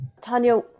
Tanya